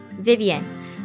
Vivian